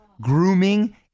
grooming